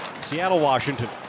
Seattle-Washington